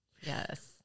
Yes